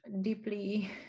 deeply